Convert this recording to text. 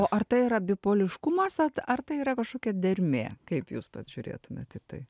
o ar tai yra bipoliškumas ar tai yra kažkokia dermė kaip jūs pats žiūrėtumėt į tai